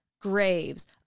graves